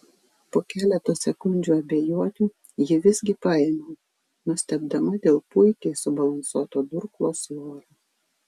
po keleto sekundžių abejonių jį visgi paėmiau nustebdama dėl puikiai subalansuoto durklo svorio